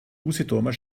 usedomer